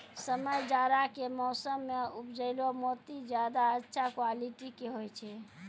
समय जाड़ा के मौसम मॅ उपजैलो मोती ज्यादा अच्छा क्वालिटी के होय छै